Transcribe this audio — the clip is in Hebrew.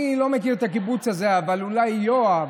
אני לא מכיר את הקיבוץ הזה, אבל אולי יואב,